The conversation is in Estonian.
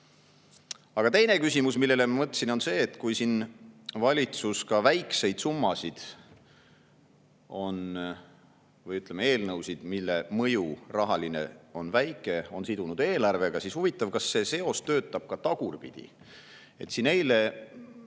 Aga teine küsimus, millele ma mõtlesin, on see, et kui valitsus ka väikseid summasid või, ütleme, eelnõusid, mille rahaline mõju on väike, on sidunud eelarvega, siis huvitav, kas see seos töötab ka tagurpidi. Eile